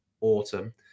autumn